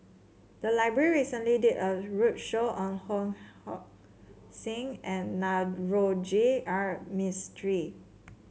the library recently did a roadshow on Ho Sing and Navroji R Mistri